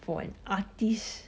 for an artist